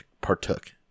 partook